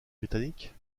britanniques